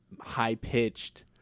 high-pitched